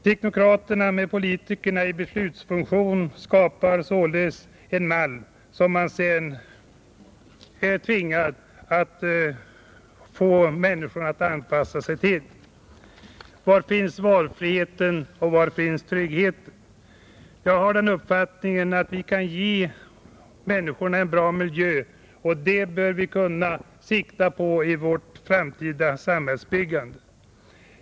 Teknokraterna med politikerna i beslutsfunktion skapar således en mall som man sedan är tvingad att få människorna att anpassa sig till. Var finns valfriheten och var finns tryggheten? Jag har den uppfattningen att vi kan ge människorna en bra miljö och det bör vi kunna sikta till i vårt framtida samhällsbyggande.